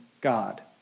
God